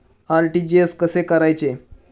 RTGS कसे करायचे?